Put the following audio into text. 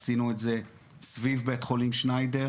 עשינו את זה סביב בית חולים שניידר.